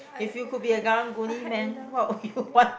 if you could be a karang-guni Man what would you want